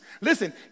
Listen